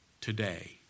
today